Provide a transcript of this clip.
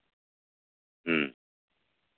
ᱦᱮᱸ